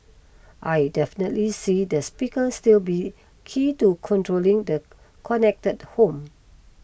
I definitely see the speaker still be key to controlling the connected home